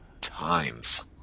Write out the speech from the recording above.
times